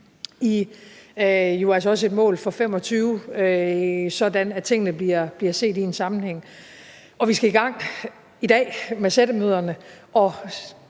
det sammen i et mål for 2025, sådan at tingene bliver set i en sammenhæng. Og vi skal i gang i dag med sættemøderne